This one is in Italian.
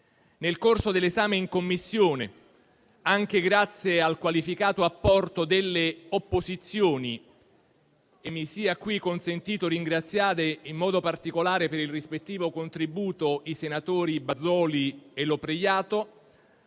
Nel corso dell'esame in Commissione, anche grazie al qualificato apporto delle opposizioni - e mi sia qui consentito ringraziare in modo particolare, per il rispettivo contributo, il senatore Bazoli e la